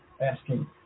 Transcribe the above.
asking